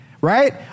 right